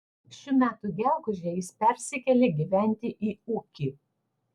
šių metų gegužę jis persikėlė gyventi į ūkį